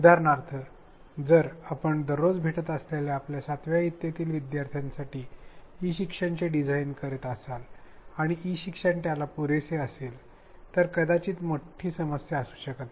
उदाहरणार्थ जर आपण दररोज भेटत असलेल्या आपल्या सातव्या इयत्तेतील विद्यार्थ्यांसाठी ई शिक्षणचे डिझाईन करीत असाल आणि ई शिक्षण त्याला पूरक असेल तर कदाचित ही मोठी समस्या असू शकत नाही